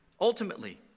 Ultimately